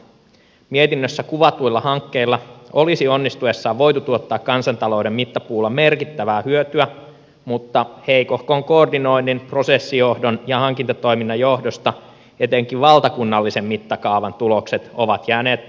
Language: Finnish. mietinnössä kuvatuilla hankkeilla olisi onnistuessaan voitu tuottaa kansantalouden mittapuulla merkittävää hyötyä mutta heikohkon koordinoinnin prosessijohdon ja hankintatoiminnan johdosta etenkin valtakunnallisen mittakaavan tulokset ovat jääneet puuttumaan